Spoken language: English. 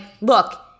look